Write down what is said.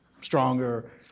stronger